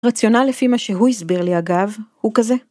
רציונל לפי מה שהוא הסביר לי, אגב, הוא כזה.